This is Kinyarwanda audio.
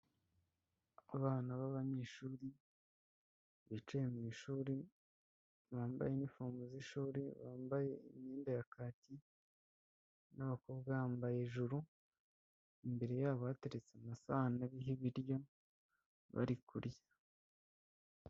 Abana b'abanyeshuri bicaye mu ishuri bambaye inifomo z'ishuri bambaye imyenda ya kaki n'abakobwa bambaye juru, imbere yabo bateretse amasani ariho ibiryo bari kurya.